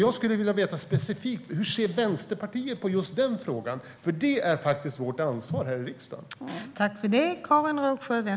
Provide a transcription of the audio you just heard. Jag skulle vilja veta specifikt hur Vänsterpartiet ser på just den frågan, för det här är faktiskt vårt ansvar här i riksdagen.